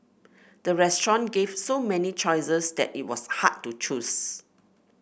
the restaurant gave so many choices that it was hard to choose